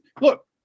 look